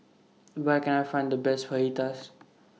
Where Can I Find The Best Fajitas